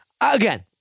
again